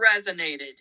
resonated